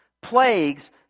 plagues